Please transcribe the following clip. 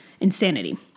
insanity